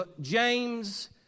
James